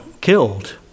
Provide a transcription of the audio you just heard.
killed